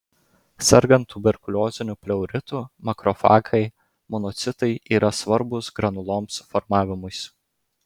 sergant tuberkulioziniu pleuritu makrofagai monocitai yra svarbūs granulomos formavimuisi